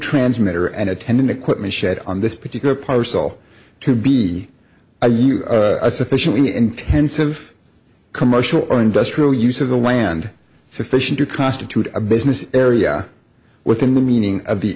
transmitter and attendant equipment shed on this particular parcel to be i use a sufficiently intensive commercial or industrial use of the land sufficient to constitute a business area within the meaning of the